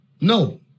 no